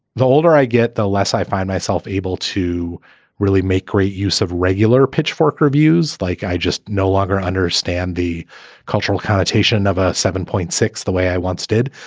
the older i get, get, the less i find myself able to really make great use of regular pitchfork reviews. like i just no longer understand the cultural connotation of a seven point six the way i once did.